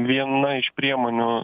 viena iš priemonių